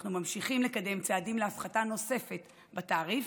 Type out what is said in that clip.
אנו ממשיכים לקדם צעדים להפחתה נוספת בתעריף,